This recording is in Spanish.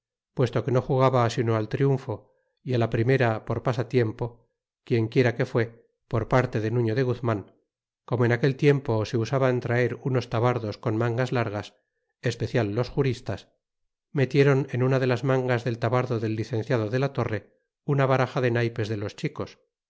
puesto que no jugaba sino al triunfo é ti la primera por pasatiempo quien quiera que fue por parte de nuño de guzman como en aquel tiempo se usaban traer unos tavardos con mangas largas especial los juristas metiéron en una de las mangas del tavardo del licenciado de la torre una baraja de naypes de los chicos